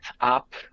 up